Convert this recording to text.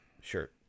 Sure